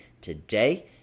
today